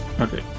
okay